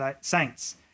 saints